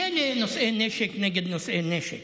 מילא נושאי נשק נגד נושאי נשק,